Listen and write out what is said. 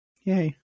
yay